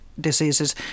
diseases